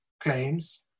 claims